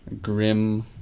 Grim